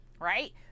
right